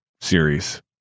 series